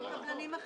--- זה לא